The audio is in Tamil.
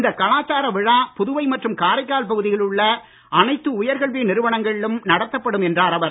இந்த கலாச்சார விழா புதுவை மற்றும் காரைக்கால் பகுதிகளில் உள்ள அனைத்து உயர் கல்வி நிறுவனங்களிலும் நடத்தப்படும் என்றார் அவர்